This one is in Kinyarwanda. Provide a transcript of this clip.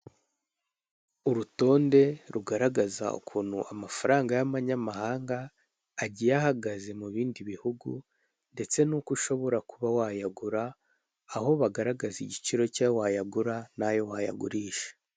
Urutonde rugaragaza ukuntu amafaranga y'abanyamahanga agiye ahagaze mu bindi bihugu, ndetse n'uko ushobora kuba wayagura aho bagaragaza igiciro cy'ayo wayagura n'ayo wayagurisha.